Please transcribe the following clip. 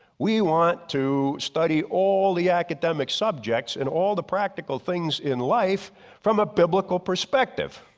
we want to study all the academic subjects and all the practical things in life from a biblical perspective.